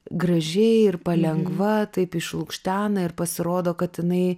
gražiai ir palengva taip išlukštena ir pasirodo kad jinai